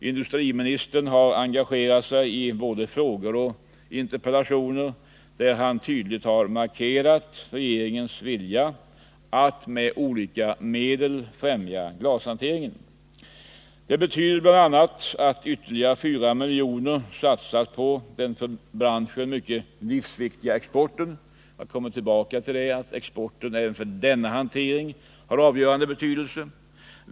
Industriministern har engagerat sig i svar på frågor och interpellationer och har tydligt markerat regeringens vilja att med olika medel främja glashanteringen. Det betyder bl.a. att ytterligare fyra miljoner satsas på den för branschen livsviktiga exporten. Även för denna hantering har exporten avgörande betydelse.